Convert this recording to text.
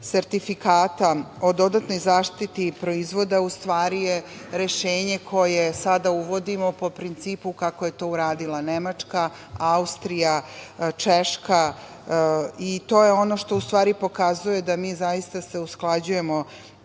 sertifikata o dodatnoj zaštiti proizvoda, u stvari, rešenje koje sada uvodimo po principu kako je to uradila Nemačka, Austrija, Češka i to je ono što u stvari pokazuje da mi zaista se usklađujemo